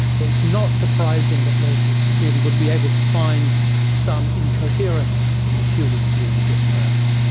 so it's not surprising that leslie stephen would be able to find some incoherence in whewell's view, given that.